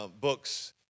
books